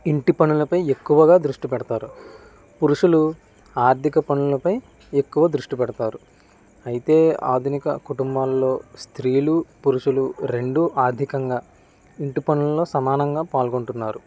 ఇంటి పనులపై ఎక్కువగా దృష్టి పెడతారు పురుషులు ఆర్థిక పనులపై ఎక్కువ దృష్టి పెడతారు అయితే ఆధునిక కుటుంబాల్లో స్త్రీలు పురుషులు రెండు ఆర్థికంగా ఇంటి పనుల్లో సమానంగా పాల్గొంటున్నారు